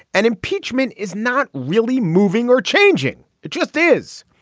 and impeachment is not really moving or changing. it just is.